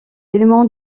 éléments